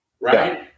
right